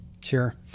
Sure